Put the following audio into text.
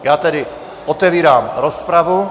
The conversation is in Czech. Já tedy otevírám rozpravu.